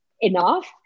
enough